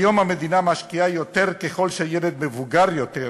כיום המדינה משקיעה יותר ככל שהילד מבוגר יותר,